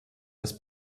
this